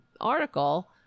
article